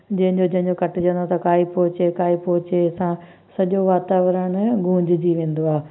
जंहिंजो जंहिंजो कटिजंदो त काई पो छे काई पो छे सां सॼो वातावरण गूंजजी वेंदो आहे